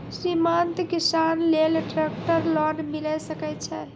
सीमांत किसान लेल ट्रेक्टर लोन मिलै सकय छै?